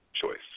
choice